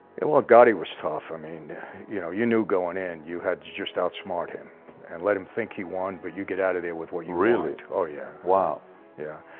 well god he was tough i mean you know you knew going in you had just outsmart him and let him think he want but you get out of there with what you really do oh, yeah, wow yeah,